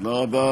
בבקשה,